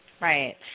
Right